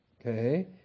Okay